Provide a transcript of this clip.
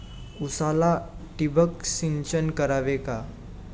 उसाला ठिबक सिंचन करावे का?